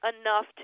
enough